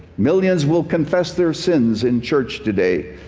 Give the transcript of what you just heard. millions will confess their sins in church today,